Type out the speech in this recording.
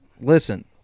listen